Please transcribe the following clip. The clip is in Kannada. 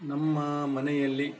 ನಮ್ಮ ಮನೆಯಲ್ಲಿ